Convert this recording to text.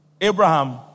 Abraham